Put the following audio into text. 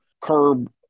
curb